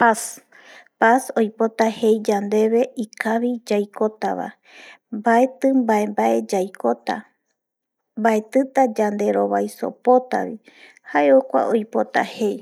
Paz, paz oipota jei yandeve ikavi yaikotava mbaeti mbae mbae yaikota, mbaetita yanderovaiso potavi jae jokuae oipota jei